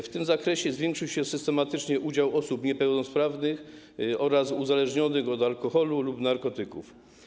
W tym zakresie zwiększył się systematycznie udział osób niepełnosprawnych oraz uzależnionych od alkoholu lub narkotyków.